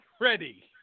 ready